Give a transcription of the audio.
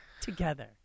together